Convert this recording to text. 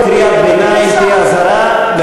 מעכשיו כל קריאת ביניים תהיה אזהרה,